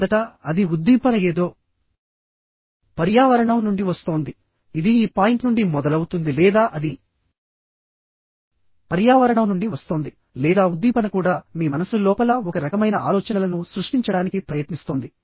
మొదటఅది ఉద్దీపన ఏదో పర్యావరణం నుండి వస్తోంది ఇది ఈ పాయింట్ నుండి మొదలవుతుంది లేదా అది పర్యావరణం నుండి వస్తోంది లేదా ఉద్దీపన కూడా మీ మనస్సు లోపల ఒక రకమైన ఆలోచనలను సృష్టించడానికి ప్రయత్నిస్తోంది